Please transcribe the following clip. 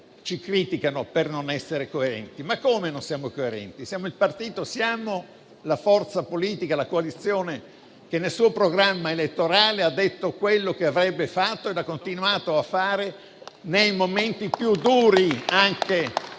ci criticano per non essere coerenti. Ma come non siamo coerenti? Siamo il partito, la forza politica, la coalizione che nel suo programma elettorale ha detto quello che avrebbe fatto e che ha continuato a farlo anche nei momenti più duri della